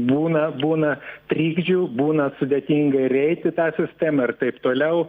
būna būna trikdžių būna sudėtinga ir įeiti į tą sistemą ir taip toliau